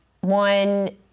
One